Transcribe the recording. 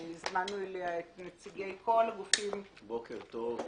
הזמנו אליה את נציגי כל הגופים --- בוקר טוב,